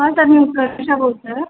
हा सर मी उत्कर्षा बोलते आहे